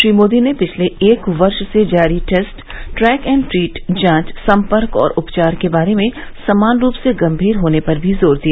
श्री मोदी ने पिछले एक वर्ष से जारी टेस्ट ट्रैक एंड ट्रीट जांच संपर्क और उपचार के बारे में समान रूप से गंमीर होने पर भी जोर दिया